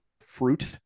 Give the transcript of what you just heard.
fruit